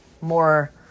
more